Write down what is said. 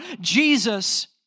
Jesus